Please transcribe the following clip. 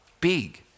big